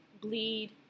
bleed